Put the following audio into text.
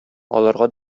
аларга